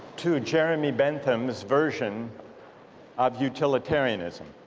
to jeremy bentham's version of utilitarianism